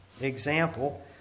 example